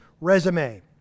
resume